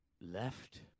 Left